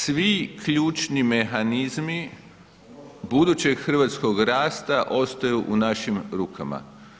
Svi ključni mehanizmi budućeg hrvatskog rasta ostaju u našim rukama.